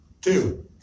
Two